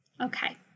Okay